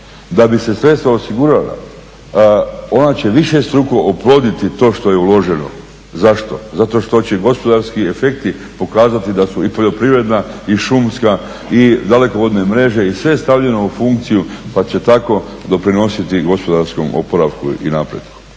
Da bi se sredstva osigurala ona će višestruko oploditi to što je uloženo. Zašto? Zato što će gospodarski efekti pokazati da su i poljoprivredna, i šumska i dalekovodne mreže i sve stavljeno u funkciju, pa će tako doprinositi i gospodarskom oporavku i napretku.